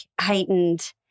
heightened